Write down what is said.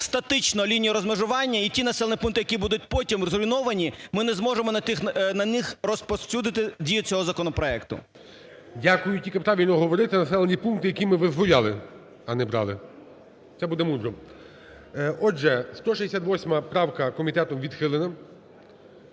статично лінію розмежування, і ті населені пункти, які будуть потім зруйновані, ми не можемо на них розповсюдити дію цього законопроекту. ГОЛОВУЮЧИЙ. Дякую. Тільки правильно говорити: "населені пункти, які ми визволяли", а не "брали". Це буде мудро. Отже, 168 поправка комітетом відхилена.